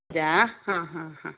ಹಾಂ ಹಾಂ ಹಾಂ